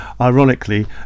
ironically